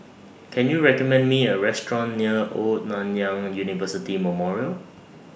Can YOU recommend Me A Restaurant near Old Nanyang University Memorial